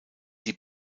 die